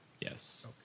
Yes